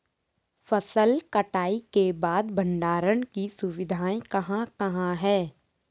फसल कटाई के बाद भंडारण की सुविधाएं कहाँ कहाँ हैं?